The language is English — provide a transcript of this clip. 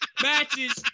Matches